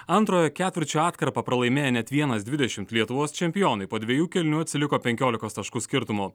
antrojo ketvirčio atkarpą pralaimėjo net vienas dvidešimt lietuvos čempionai po dviejų kėlinių atsiliko penkiolikos taškų skirtumu